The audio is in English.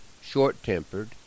short-tempered